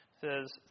says